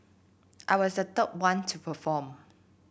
I was the third one to perform